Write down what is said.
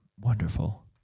wonderful